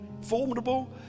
formidable